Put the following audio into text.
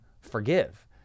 forgive